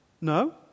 No